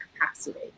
capacity